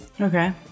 Okay